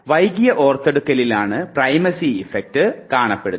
വൈകിയ ഒർത്തെടുക്കലിലാണ് primacy effect കാണപ്പെടുന്നത്